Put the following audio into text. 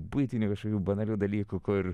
buitinių kažkokių banalių dalykų kur